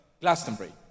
Glastonbury